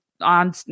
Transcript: on